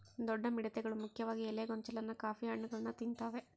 ದೊಡ್ಡ ಮಿಡತೆಗಳು ಮುಖ್ಯವಾಗಿ ಎಲೆ ಗೊಂಚಲನ್ನ ಕಾಫಿ ಹಣ್ಣುಗಳನ್ನ ತಿಂತಾವೆ